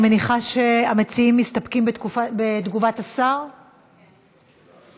אני מניחה שהמציעים מסתפקים בתגובת השר, נכון?